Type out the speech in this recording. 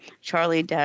Charlie